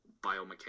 biomechanics